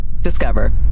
Discover